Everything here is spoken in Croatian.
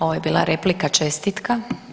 Ovo je bila replika čestitka.